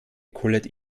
kullerte